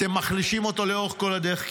אתם מחלישים אותו לאורך כל הדרך.